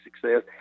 success